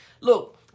Look